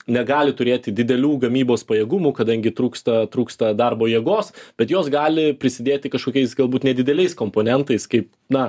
negali turėti didelių gamybos pajėgumų kadangi trūksta trūksta darbo jėgos bet jos gali prisidėti kažkokiais galbūt nedideliais komponentais kaip na